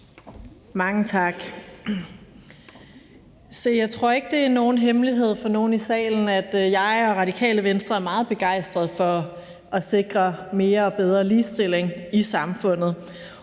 Mange tak. Jeg tror ikke, det er nogen hemmelighed for nogen i salen, at jeg og Radikale Venstre er meget begejstrede for at sikre mere og bedre ligestilling i samfundet,